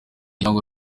cyangwa